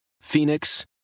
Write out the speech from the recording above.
Phoenix